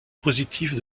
positifs